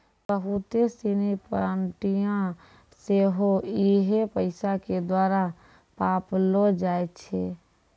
बहुते सिनी पार्टियां सेहो इहे पैसा के द्वारा पाललो जाय छै